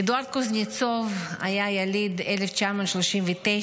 אדוארד קוזנצוב היה יליד 1939,